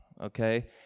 okay